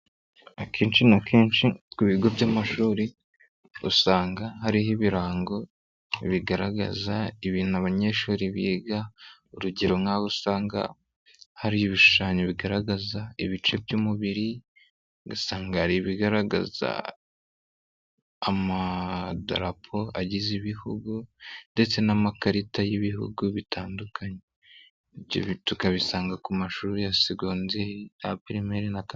Akenshi na kenshi ku bigo by'amashuri usanga hariho ibirango bigaragaza ibintu abanyeshuri biga, urugero nk'aho usanga hari ibishushanyo bigaragaza ibice by'umubiri, ugasanga hari ibigaragaza amadarapo agize ibihugu ndetse n'amakarita y'ibihugu bitandukanye ibyo tukabisanga ku mashuri ya segonderi, pirimeri na Kaminu...